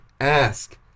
ask